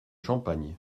champagne